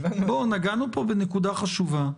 נגענו פה בנקודה חשובה.